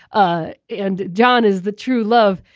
ah and john is the true love.